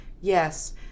Yes